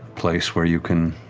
place where you can